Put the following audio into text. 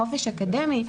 חופש אקדמי,